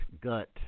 gut